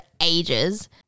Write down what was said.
ages